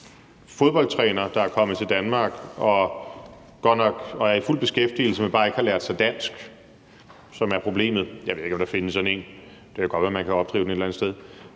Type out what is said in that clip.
fodboldtræner, der er kommet til Danmark og godt nok er i fuld beskæftigelse, men bare ikke har lært sig dansk, som er problemet. Jeg ved ikke, om der findes sådan en – det kan godt være, at man kan opdrive dem et eller andet sted.